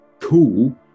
cool